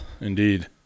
Indeed